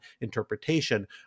interpretation